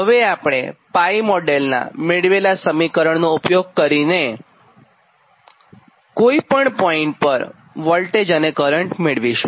હવે આપણે 𝜋 મોડેલનાં મેળવેલા સમીકરણ નો ઊપયોગ કરીને કોઇ પોઇન્ટ પર વોલ્ટેજ અને કરંટ મેળવીશું